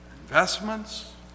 Investments